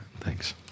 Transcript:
Thanks